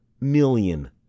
million